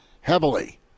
heavily